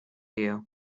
you